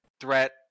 threat